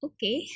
Okay